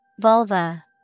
Vulva